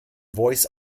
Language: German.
voice